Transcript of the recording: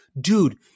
dude